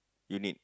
you need